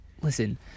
Listen